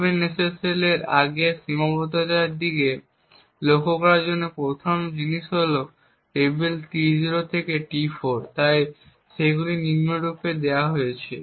open SSL এর আগের সীমাবদ্ধতাগুলির মধ্যে একটি এবং লক্ষ্য করার মতো প্রথম জিনিস হল টেবিল T0 থেকে T4 তাই সেগুলি এখানে নিম্নরূপ সংজ্ঞায়িত করা হয়েছে